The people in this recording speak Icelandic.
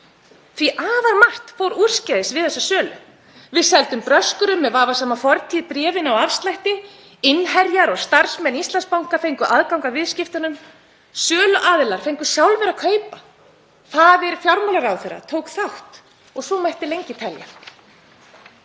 því afar margt fór úrskeiðis við þessa sölu. Við seldum bröskurum með vafasama fortíð bréfin á afslætti, innherjar og starfsmenn Íslandsbanka fengu aðgang að viðskiptunum, söluaðilar fengu sjálfir að kaupa, faðir fjármálaráðherra tók þátt og svo mætti lengi telja.